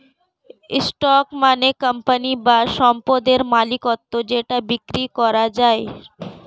stock মানে company বা সম্পদের মালিকত্ব যেটা বিক্রি করা যায়